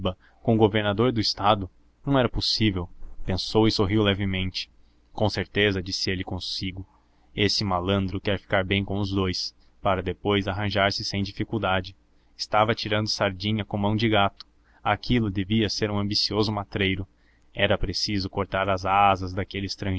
com o governador do estado não era possível pensou e sorriu levemente com certeza disse ele consigo este malandro quer ficar bem com os dous para depois arranjar se sem dificuldade estava tirando sardinha com mão de gato aquilo devia ser um ambicioso matreiro era preciso cortar as asas daquele